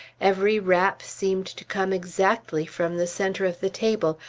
every rap seemed to come exactly from the centre of the table,